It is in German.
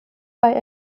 bei